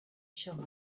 shovel